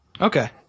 okay